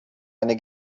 einer